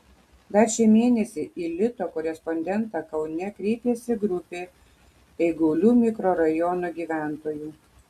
dar šį mėnesį į lito korespondentą kaune kreipėsi grupė eigulių mikrorajono gyventojų